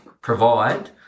provide